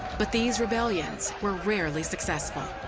but these rebellions were rarely successful.